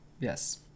Yes